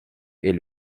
est